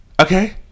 Okay